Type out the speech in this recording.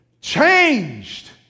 Changed